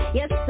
Yes